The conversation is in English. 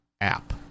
app